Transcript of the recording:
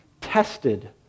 tested